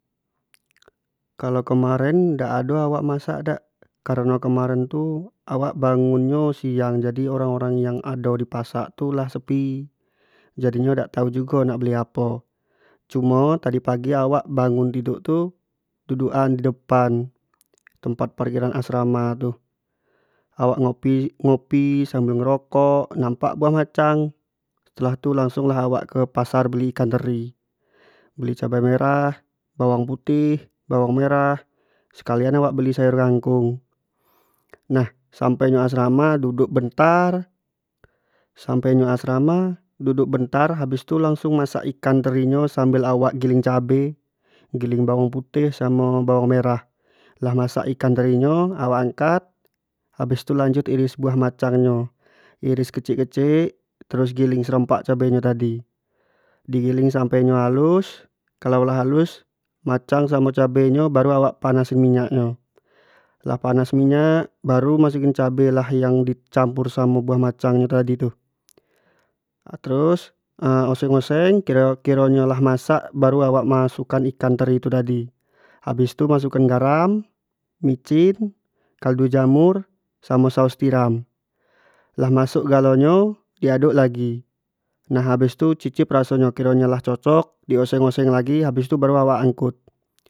Kalo kemaren dak ado awak masak dak, kareno kemaren tu awak bangun nyo siang jadi orang- orang yang ado di pasak tu lah sepi jadi nyo tu dak tau jugo nak beli apo, cumo tadi pagi awak bangun tiduk tu duduk an di depan tempat parkiran asrama tu, awak ngopi-ngopi sambal ngerokok, nampak buah macang setelah tu langsung lah awak ke pasar beli ikan teri, beli cabe merah, bawang putih, bawang merah, sekalian wak beli sayur kangkong, nah sampai nyo asrama duduk bentar, sampai nyo asrama duduk bentar habis tu langsung masak ikan teri nyo sambal awak giling cabe, giling bawang putih, samo giling bawang merah, lah masak ikan teri nyo awak angkat, habis tu lanjut iris buah macang nyo, iris kecik- kecik terus giling serempak cabe nyo tadi, di giling sampe nyo halus kalau lah halus macang samo cabe nyo baru awak panasin minyak nyo, lah panas minyak baru masukin cabe langsung di campur samo buah macang tadi tu terus oseng- oseng kiro- kiro nyo lah masak baru awak masuk kan ikan teri tu tadi habis tu masuk kan garam, micin, kaldu jamur samo saos tiram, lah masuk galo nyo di aduk lagi nah habisn tu cicip raso nyo, kiro nyo lah cocok, di oseng- oseng lagi, nah siap tu baru awak angkut.